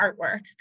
artwork